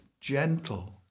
gentle